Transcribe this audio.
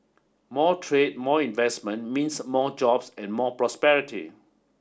more trade more investment means more jobs and more prosperity